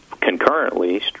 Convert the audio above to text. concurrently